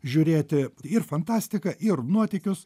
žiūrėti ir fantastiką ir nuotykius